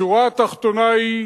השורה התחתונה היא,